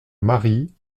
marie